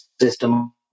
system